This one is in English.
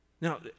Now